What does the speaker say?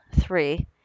three